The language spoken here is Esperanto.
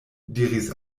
diris